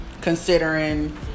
considering